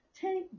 take